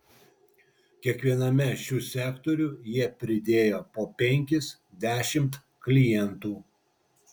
kiekviename šių sektorių jie pridėjo po penkis dešimt klientų